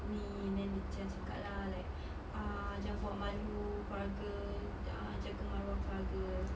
me and then macam cakap lah like ah jangan buat malu keluarga ah jaga maruah keluarga